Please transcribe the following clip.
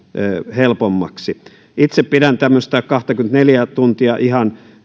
helpommaksi itse pidän tämmöistä kahtakymmentäneljää tuntia ihan